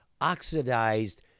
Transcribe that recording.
oxidized